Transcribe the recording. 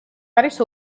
არის